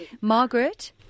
Margaret